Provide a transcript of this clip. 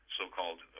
so-called